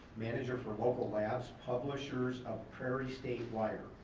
manager for local labs, publishers of prairie state wire,